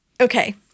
Okay